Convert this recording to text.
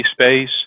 space